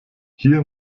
hier